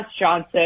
Johnson